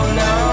no